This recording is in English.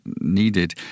needed